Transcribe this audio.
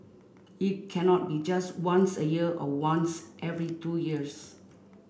it cannot be just once a year or once every two years